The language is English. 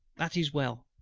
that is well,